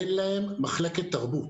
אין להן מחלקת תרבות.